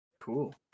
Cool